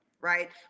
right